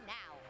now